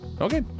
Okay